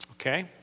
okay